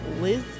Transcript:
Liz